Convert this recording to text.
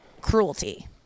cruelty